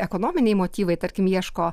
ekonominiai motyvai tarkim ieško